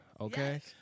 okay